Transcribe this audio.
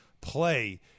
play